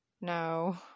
No